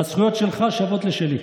הזכויות שלך שוות לשלי.